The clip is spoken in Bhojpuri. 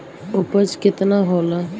उपज केतना होला?